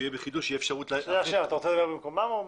לחזור להצעה של איילת וסרמן שהציעה לגבי הנושא של חידוש רישיון,